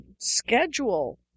schedule